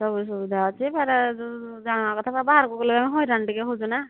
ସବୁ ସୁବିଧା ଅଛି ଫେରେ ଜାଣିବା କଥା ବାହାରକୁ ଗଲେ ହଇରାଣ ଟିକେ ହଉଛୁ ନା